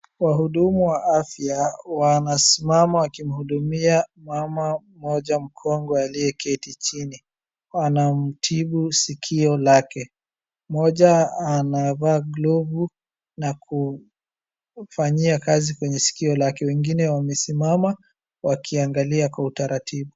Wahudumu wa afya wanasimama wakimhudumia mama mmoja mkongwe aliyeketi chini, anamtibu sikio lake. Mmoja anavaa glovu na kumfanyia kazi kwenye sikio lake. Wengine wamesimama wakiangalia kwa utaratibu.